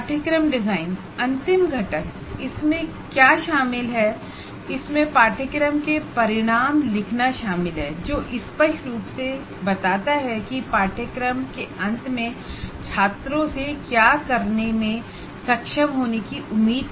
course design यह आखिरी component है इसमें कोर्स आउटकम लिखना शामिल है जो स्पष्ट रूप से बताता है कि कोर्स के अंत में छात्रों से क्या करने में सक्षम होने की उम्मीद की जाती है